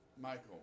Michael